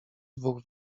dwóch